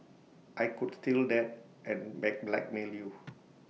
I could steal that and blackmail you